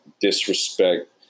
disrespect